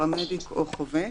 פרמדיק או חובש,"